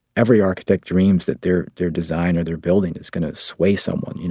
every architect dreams that their their design or their building is going to sway someone, you know,